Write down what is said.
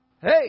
hey